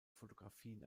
fotografien